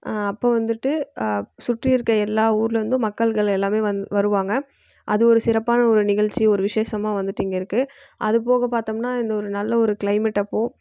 அப்போ வந்துட்டு சுற்றி இருக்கற எல்லா ஊரிலேருந்தும் மக்கள்கள் எல்லாமே வந் வருவாங்க அது ஒரு சிறப்பான ஒரு நிகழ்ச்சி ஒரு விசேஷமாக வந்துட்டு இங்கே இருக்குது அது போக பார்த்தோம்னா இந்த ஒரு நல்ல ஒரு க்ளைமேட் அப்போது